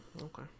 okay